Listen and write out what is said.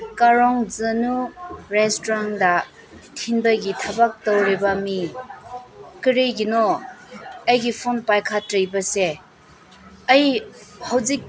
ꯀꯔꯣꯡꯖꯅꯨ ꯔꯦꯁꯇꯨꯔꯦꯟꯗ ꯊꯤꯟꯕꯒꯤ ꯊꯕꯛ ꯇꯧꯔꯤꯕ ꯃꯤ ꯀꯔꯤꯒꯤꯅꯣ ꯑꯩꯒꯤ ꯐꯣꯟ ꯄꯥꯏꯈꯠꯇ꯭ꯔꯤꯕꯁꯦ ꯑꯩ ꯍꯧꯖꯤꯛ